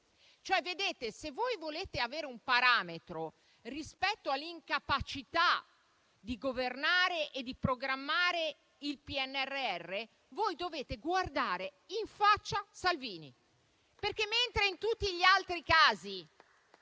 Se volete avere un parametro rispetto all'incapacità di governare e programmare il PNRR, dovete guardare in faccia Salvini, perché mentre in tutti gli altri casi